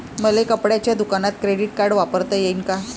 मले कपड्याच्या दुकानात क्रेडिट कार्ड वापरता येईन का?